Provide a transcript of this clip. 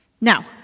Now